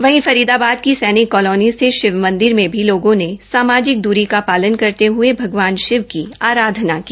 वहीं फरीदाबाद की सैनिक कालोनी स्थित शिव मंदिर में भी लोगों ने सामापिक दूरी का पालन करते ह्ये भगवान शिव की अराधना की